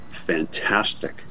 fantastic